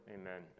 amen